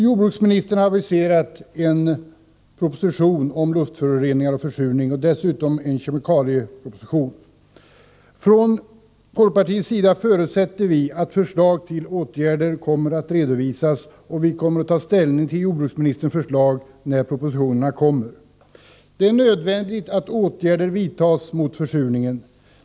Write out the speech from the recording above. Jordbruksministern har aviserat en proposition om luftföroreningar och försurning och dessutom en kemikalieproposition. Från folkpartiets sida förutsätter vi att förslag till åtgärder kommer att redovisas. Vi kommer att ta ställning till jordbruksministerns förslag när propositionerna kommer. Det är nödvändigt att åtgärder vidtas mot försurningen.